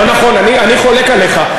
אני חולק עליך.